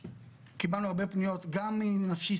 קיבלנו הרבה פניות גם אם נפשי,